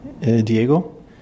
Diego